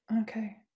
Okay